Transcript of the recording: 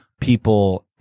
people